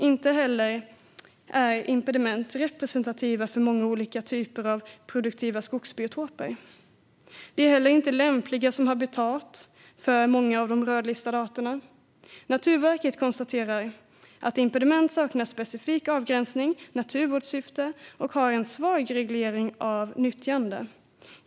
Inte heller är impediment representativa för många olika typer av produktiva skogsbiotoper. De är heller inte lämpliga som habitat för många av de rödlistade arterna. Naturvårdsverket konstaterar att impediment saknar specifik avgränsning och naturvårdssyfte och att de har en svag reglering av nyttjande.